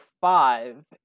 five